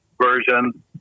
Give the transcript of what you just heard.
version